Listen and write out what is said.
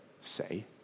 say